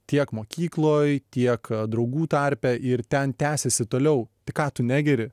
tiek mokykloj tiek draugų tarpe ir ten tęsėsi toliau tai ką tu negeri